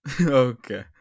okay